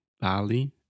Bali